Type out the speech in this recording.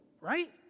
Right